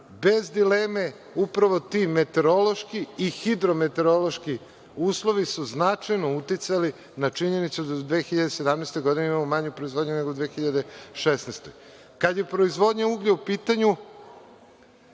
bez dileme upravo ti meteorološki i hidrometeorološki uslovi su značajno uticali na činjenicu da u 2017. godini imamo manju proizvodnju nego u 2016. godini. Kada je proizvodnja uglja u pitanju,